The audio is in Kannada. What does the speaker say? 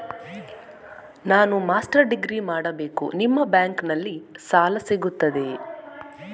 ನಾನು ಮಾಸ್ಟರ್ ಡಿಗ್ರಿ ಮಾಡಬೇಕು, ನಿಮ್ಮ ಬ್ಯಾಂಕಲ್ಲಿ ಸಾಲ ಸಿಗುತ್ತದೆಯೇ?